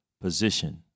position